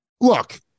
Look